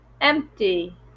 empty